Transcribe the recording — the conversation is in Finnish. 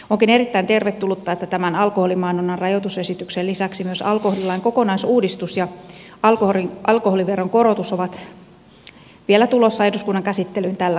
onkin erittäin tervetullutta että tämän alkoholimainonnan rajoitusesityksen lisäksi myös alkoholilain kokonaisuudistus ja alkoholiveron korotus ovat vielä tulossa eduskunnan käsittelyyn tällä kaudella